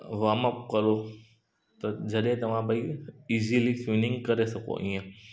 warm up कयो त जॾहिं तव्हां भई ईज़ीली स्विमिंग करे सघो ईअं